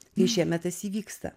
tai šiemet tas įvyksta